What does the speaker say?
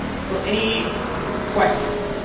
so any questions?